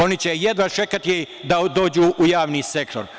Oni će jedva čekati da dođu u javni sektor.